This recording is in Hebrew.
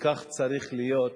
וכך צריך להיות.